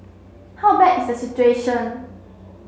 how bad is the situation